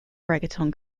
reggaeton